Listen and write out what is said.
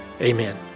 Amen